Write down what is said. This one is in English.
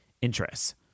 interests